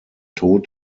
tod